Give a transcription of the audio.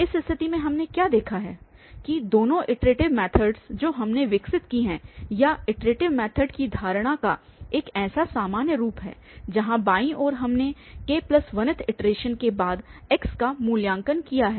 इस स्थिति में हमने क्या देखा है कि दोनों इटरेटिव मैथडस जो हमने विकसित की हैं या इटरेटिव मैथड की धारणा का एक ऐसा सामान्य रूप है जहां बाईं ओर हमने k1th इटरेशन के बाद x का मूल्यांकन किया है